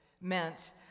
meant